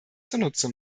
zunutze